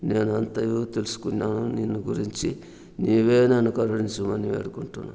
నేను అంతయు తెలుసుకున్నాను నిన్ను గురించి నీవే నన్ను కరుణించుము అని వేడుకుంటున్నాను